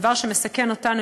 דבר שמסכן אותנו,